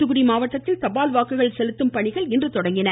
தூத்துக்குடி மாவட்டத்தில் தபால் வாக்குகள் செலுத்தும் பணி இன்று தொடங்கின